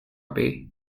bay